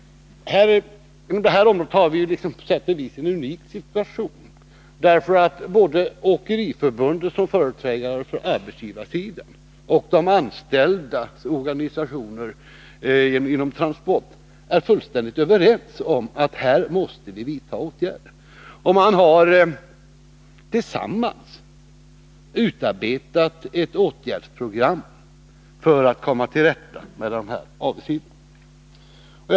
Inom det här området har vi på sätt och vis en unik situation. Både Åkeriförbundet, som företrädare för arbetsgivarsidan, och de anställdas organisationer inom Transport är nämligen fullständigt överens om att åtgärder måste vidtas. De har tillsammans utarbetat ett åtgärdsprogram för att komma till rätta med dessa avigsidor.